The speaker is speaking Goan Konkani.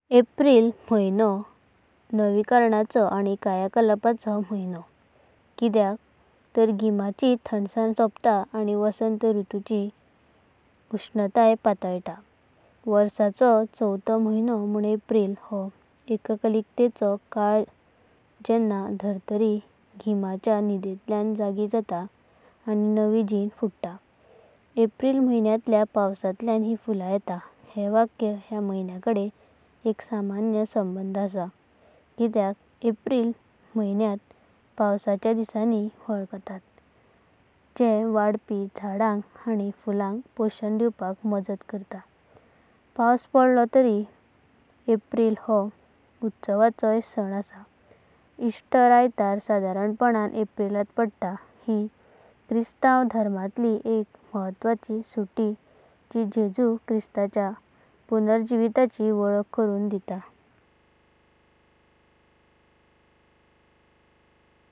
एप्रिल! म्हायणो नविकरणाचो आनी कायाकल्पाचो म्हायणो, कितेाक तर गीमाची थंदासना सोपता। आनी वसंत ऋतूची उष्णतया पातळता। वर्षाचो चौथो म्हायणो म्हणून एप्रिल हो ऐकायिकतेचो काळ, जेंव्हा धरतरी गीमाच्या निदांतल्याना जागी जाता। आनी नवी जीना फुटा। “एप्रिल म्हायण्यांताल्या पावसांताल्या मई फुला येतात” हे वाक्य ह्या म्हायण्याकडेना एका सामान्य संबंध आसा। किटेाक एप्रिल म्हायण्यंता पावसाच्या दिसांनी वलखातात। जें वेडापी वनस्पत आनी फुलांका पोषण दीवपाक मांजात करत। पावस पडला तरी एप्रिल हो उत्सवाचयो काळ आसता। एस्टर आयतार साधारणपणाणां एप्रिलांत पाडता। ही ख्रिस्ताव धर्मांतालि एका महत्वाची सुटी जी जेजू ख्रिस्ताच्या पुनर्जीवंतपणाची वलखा करून दीता।